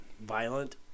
violent